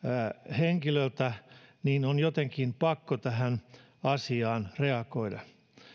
henkilöltä niin on jotenkin pakko tähän asiaan reagoida